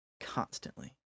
Constantly